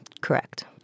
Correct